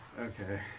okay.